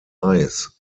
eis